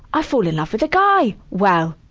i fall in love with a guy! well,